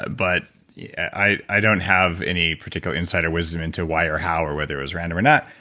but i don't have any particular insight or wisdom into why or how or whether it was random or not,